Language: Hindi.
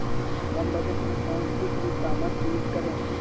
कम बजट में कौन सी ई कॉमर्स यूज़ करें?